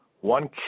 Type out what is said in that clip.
one